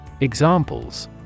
Examples